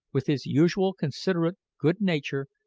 with his usual considerate good-nature,